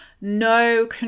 no